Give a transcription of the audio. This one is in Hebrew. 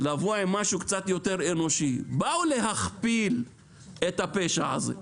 או לבוא עם משהו קצת יותר אנושי באו להכפיל את הפשע הזה.